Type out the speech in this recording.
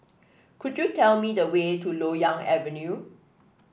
could you tell me the way to Loyang Avenue